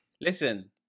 Listen